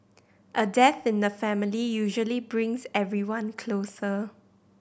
a death in the family usually brings everyone closer